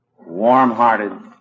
warm-hearted